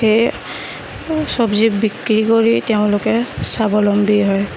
সেই চবজি বিক্ৰী কৰি তেওঁলোকে স্বাৱলম্বী হয়